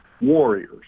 Warriors